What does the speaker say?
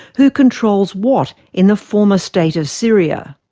who controls what in the former state of syria?